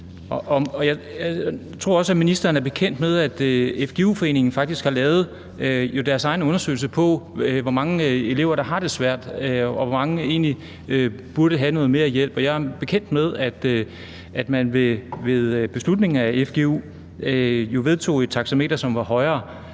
Jeg tror også, at ministeren er bekendt med, at FGU Danmark faktisk har lavet deres egen undersøgelse af, hvor mange elever der har det svært, og hvor mange der egentlig burde have noget mere hjælp. Jeg er bekendt med, at man ved beslutningen om at lave fgu jo vedtog et taxameter, som var højere,